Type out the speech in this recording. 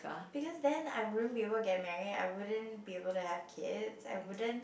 because then I wouldn't be able to get married I wouldn't be able to have kids I wouldn't